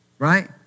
Right